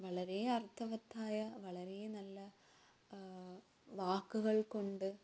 വളരെ അർഥവത്തായ വളരെ നല്ല വാക്കുകൾ കൊണ്ട്